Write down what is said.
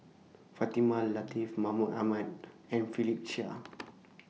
Fatimah Lateef Mahmud Ahmad and Philip Chia